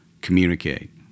communicate